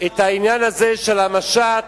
את העניין הזה של המשט